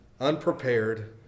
unprepared